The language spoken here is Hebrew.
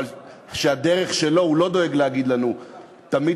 אבל הוא לא דואג להגיד לנו שהדרך שלו תמיט